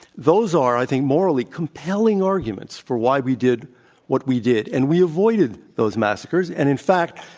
those are, i think, morally compelling arguments for why we did what we did. and we avoided those massacres. and in fact,